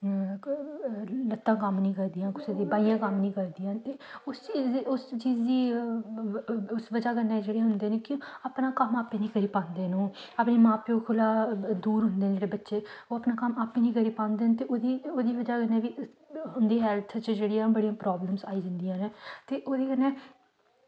लत्तां कम्म निं करदियां कुसै दियां बाहियां कम्म निं करदियां उस चीज़ गी उस बजह कन्नै जेह्ड़े होंदे न अपना कम्म आपें निं करी पांदे ओह् अपने मां प्योऽ कोला दूर होंदे न ओह् बच्चे ओह् अपना कम्म आपें निं करी पांदे ते ओह्दी बजह कन्नै की उंदी हेल्थ च जेह्ड़ियां प्रॉब्लमां आई जंदियां न ते ओह्दे कन्नै